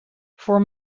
voor